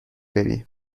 بری